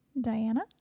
Diana